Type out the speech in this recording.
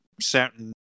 certain